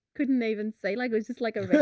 couldn't even see like, it was just like a